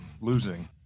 losing